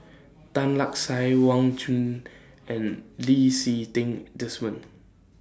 Tan Lark Sye Wang Chunde and Lee Si Ting Desmond